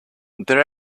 their